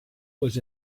was